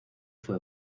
fue